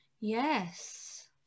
Yes